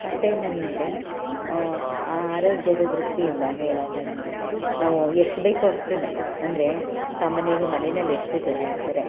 ಮತ್ತು ಏನಂದರೆ ಆರೋಗ್ಯದ ದೃಷ್ಟಿಯಿಂದ ಹೇಳುದಂದರೆ ನಾವು ಎಷ್ಟು ಬೇಕೋ ಅಷ್ಟನ್ನೇ ಅಂದರೆ ಸಾಮಾನ್ಯವಾಗಿ ಮನೆಯಲ್ಲಿ ಎಷ್ಟು ಜನ ಇರ್ತಾರೆ